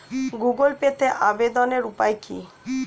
Google পেতে আবেদনের উপায় কি?